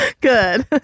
Good